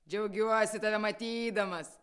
džiaugiuosi tave matydamas